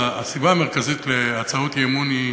הסיבה המרכזית להצעות אי-אמון היא